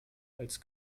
als